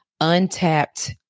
untapped